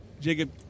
Jacob